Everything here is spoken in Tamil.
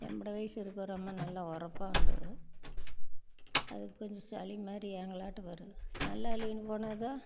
எம்பட வயசு இருக்கும் ஒரு அம்மா நல்லா ஒரப்பா இருந்தது அதுக்குக் கொஞ்சம் சளி மாதிரி எங்களாட்டு வரும் நல்லா இல்லைன்னு போனது தான்